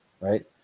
Right